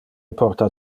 porta